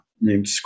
named